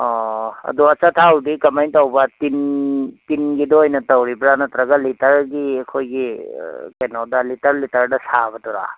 ꯑꯣ ꯑꯗꯨ ꯑꯆꯥ ꯊꯥꯎꯗꯤ ꯀꯃꯥꯏꯅ ꯇꯧꯕ ꯇꯤꯟ ꯇꯤꯟꯒꯤꯗꯣ ꯑꯣꯏꯅ ꯇꯧꯔꯤꯕ꯭ꯔꯥ ꯅꯠꯇ꯭ꯔꯒ ꯂꯤꯇꯔꯒꯤ ꯑꯩꯈꯣꯏꯒꯤ ꯀꯩꯅꯣꯗ ꯂꯤꯇꯔ ꯂꯤꯇꯔꯗ ꯁꯥꯕꯗꯨꯔꯥ